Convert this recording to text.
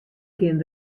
kin